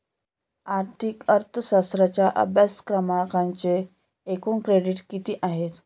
आर्थिक अर्थशास्त्राच्या अभ्यासक्रमाचे एकूण क्रेडिट किती आहेत?